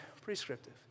prescriptive